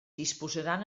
disposaran